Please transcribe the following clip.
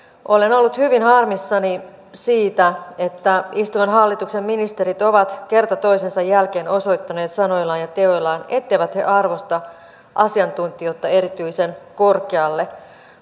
olen ollut hyvin harmissani siitä että istuvan hallituksen ministerit ovat kerta toisensa jälkeen osoittaneet sanoillaan ja teoillaan etteivät he arvosta asiantuntijoita erityisen korkealle